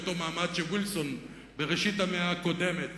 לאותו מעמד שבו וילסון בראשית המאה הקודמת